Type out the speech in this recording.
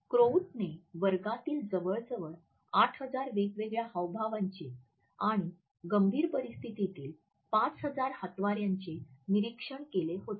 क्रोउटने वर्गातील जवळजवळ ८००० वेगवेगळ्या हावभावांचे आणि गंभीर परिस्थितीतील ५००० हातवाऱ्याचे निरीक्षण केले होते